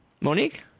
Monique